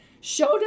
showed